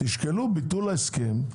תשקלו ביטול ההסכם.